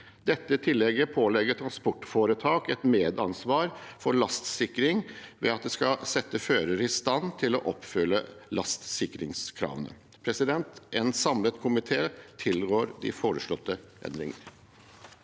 pålegger transportforetak et medansvar for lastsikring ved at det skal sette fører i stand til å oppfylle lastsikringskravene. En samlet komité tilrår de foreslåtte endringer.